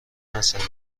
مساله